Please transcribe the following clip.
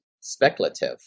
speculative